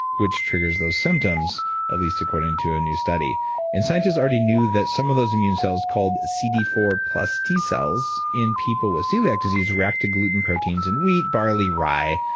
which triggers those symptoms at least according to a new study scientists already knew that some of those immune cells, called c d four plus t cells in people with celiac disease react to gluten proteins in wheat, barley, rye,